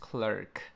Clerk